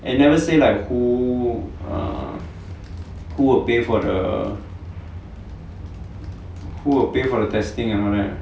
and never say like who err who will pay for the who will pay for the testing that [one] right